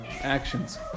actions